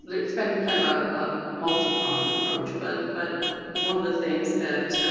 it has been kind of of a multi-pronged approach. but but one of the things that